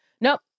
Nope